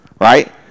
right